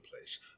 place